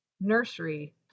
nursery